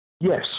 Yes